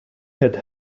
had